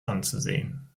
anzusehen